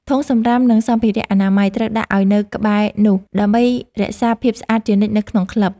ធុងសម្រាម និងសម្ភារៈអនាម័យ ត្រូវដាក់ឱ្យនៅក្បែរនោះ ដើម្បីរក្សាភាពស្អាតជានិច្ចនៅក្នុងក្លឹប។